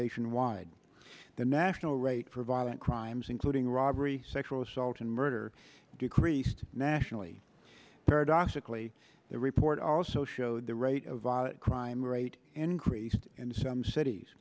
nationwide the national rate for violent crimes including robbery sexual assault and murder increased nationally paradoxically the report also showed the rate of crime rate increased in some cities